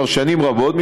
כבר שנים רבות,